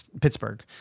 Pittsburgh